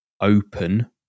open